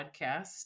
podcast